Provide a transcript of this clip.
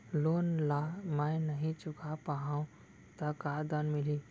Loan ला मैं नही चुका पाहव त का दण्ड मिलही?